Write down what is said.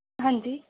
ਹਾਂਜੀ